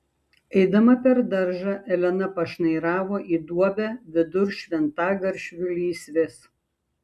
eidama per daržą elena pašnairavo į duobę vidur šventagaršvių lysvės